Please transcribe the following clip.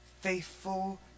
faithful